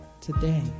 today